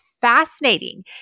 fascinating